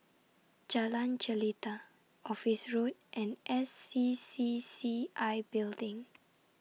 Jalan Jelita Office Road and S C C C I Building